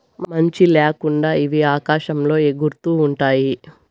మంచి ల్యాకుండా ఇవి ఆకాశంలో ఎగురుతూ ఉంటాయి